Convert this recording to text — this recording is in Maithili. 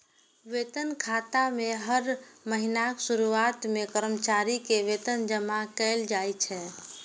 वेतन खाता मे हर महीनाक शुरुआत मे कर्मचारी के वेतन जमा कैल जाइ छै